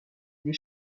des